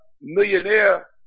millionaire